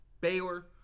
Baylor